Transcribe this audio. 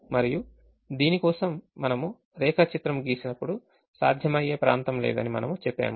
మరియు దీని కోసం మనము రేఖ చిత్రము గీసినప్పుడు సాధ్యమయ్యే ప్రాంతం లేదని మనము చెప్పాము